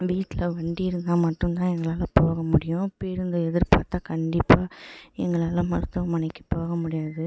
வீட்டில் வண்டி இருந்தால் மட்டும் தான் எங்களால் போக முடியும் பேருந்து எதிர்பார்த்தா கண்டிப்பாக எங்களால் மருத்துவமனைக்கு போக முடியாது